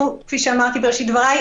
כפי שאמרתי בראשית דבריי,